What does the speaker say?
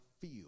feel